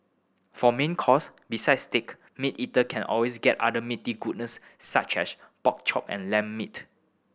for main course besides steak meat eater can always get other meaty goodness such as pork chop and lamb meat